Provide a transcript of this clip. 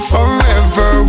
Forever